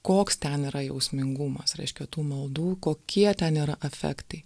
koks ten yra jausmingumas reiškia tų maldų kokie ten yra efektai